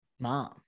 mom